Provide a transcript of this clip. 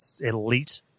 elite